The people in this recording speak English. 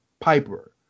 piper